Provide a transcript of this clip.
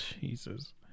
Jesus